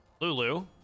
Lulu